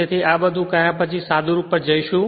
તેથી આ બધુ કહ્યા પછી સાદુરૂપ પર જઈશું